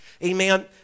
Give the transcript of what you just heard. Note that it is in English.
amen